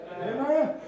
Amen